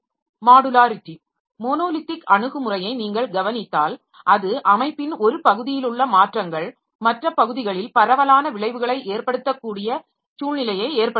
modularity monolithic அணுகுமுறையை நீங்கள் கவனித்தால் அது அமைப்பின் ஒரு பகுதியிலுள்ள மாற்றங்கள் மற்ற பகுதிகளில் பரவலான விளைவுகளை ஏற்படுத்தக்கூடிய சூழ்நிலையை ஏற்படுத்துகிறது